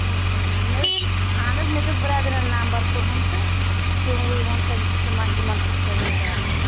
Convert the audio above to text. مےٚ حظ اہن حظ مےٚ حظ دِژ برٛدرَن نَمبَر تُہُنٛد تہٕ تِموٕے ووٚن تٔمِس تہِ مَہ یِمَن سۭتۍ کٔرِو کَتھ